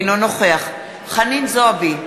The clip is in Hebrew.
אינו נוכח חנין זועבי,